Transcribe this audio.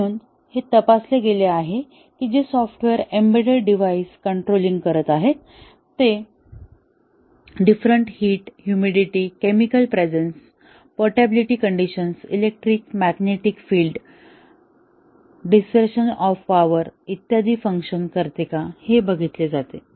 म्हणून हे तपासले गेले आहे की जे सॉफ्टवेअर एम्बेडेड डिव्हाइस कंट्रोलिंग करत आहे ते different heat humidity chemical presence portability conditions electric magnetic field disruption of power इत्यादींवर फंक्शन करते का हे बघितले जाते